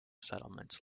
settlements